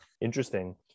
Interesting